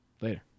Later